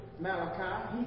Malachi